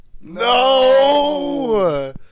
No